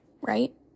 right